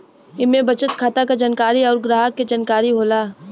इम्मे बचत खाता क जानकारी अउर ग्राहक के जानकारी होला